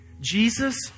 Jesus